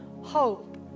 hope